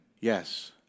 Yes